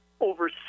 over